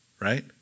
right